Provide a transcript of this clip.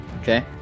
Okay